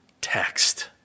text